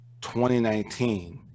2019